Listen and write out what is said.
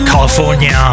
California